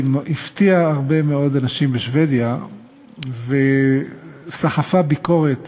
הפתיעה הרבה מאוד אנשים בשבדיה וסחפה ביקורת